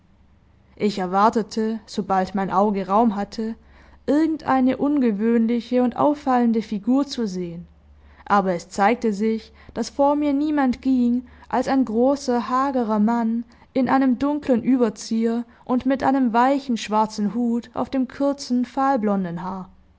ich erwartete sobald mein auge raum hatte irgendeine ungewöhnliche und auffallende figur zu sehen aber es zeigte sich daß vor mir niemand ging als ein großer hagerer mann in einem dunklen überzieher und mit einem weichen schwarzen hut auf dem kurzen fahlblonden haar